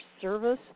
service